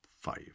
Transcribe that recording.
five